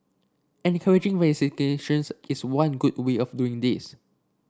encouraging vaccinations is one good way of doing this